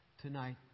Tonight